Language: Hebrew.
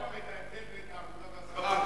תאמר את ההבדל בין תעמולה והסברה.